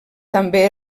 també